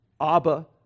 Abba